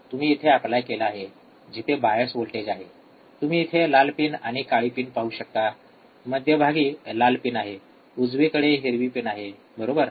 तुम्ही इथे एप्लाय केला आहे जिथे बायस व्होल्टेज आहे तुम्ही इथे लाल पिन आणि काळी पिन पाहू शकता मध्यभागी लाल पिन आहे उजवीकडे हिरवी पिन आहे बरोबर